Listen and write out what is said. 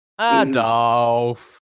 Adolf